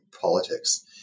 politics